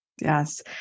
Yes